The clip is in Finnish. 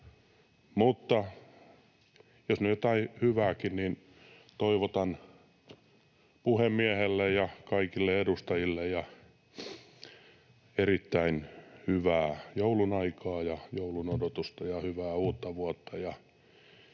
Mutta jos nyt jotain hyvääkin, niin toivotan puhemiehelle ja kaikille edustajille erittäin hyvää joulunaikaa ja joulun odotusta ja hyvää uutta vuotta.